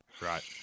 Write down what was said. Right